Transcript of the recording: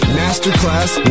masterclass